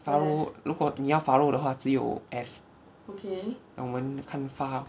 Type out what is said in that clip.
pharaoh 如果你要 pharaoh 的话只有 S 然后我们看 P H A